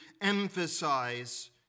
emphasize